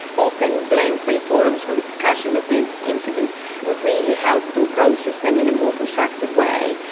open blame-free forums for the discussion of these incidents would really help them process them in a more constructive way.